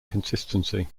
consistency